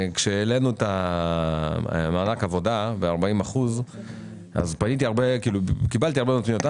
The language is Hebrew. כשהעלינו את מענק העבודה ב-40% קיבלתי הרבה מאוד פניות,